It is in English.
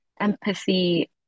empathy